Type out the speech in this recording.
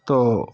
तो